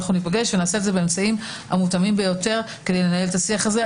ניפגש ונעשה את זה באמצעים המותאמים ביותר כדי לנהל את השיח הזה.